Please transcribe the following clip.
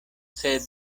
sed